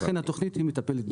לכן התכנית מטפלת בזה.